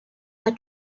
are